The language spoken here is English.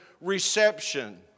reception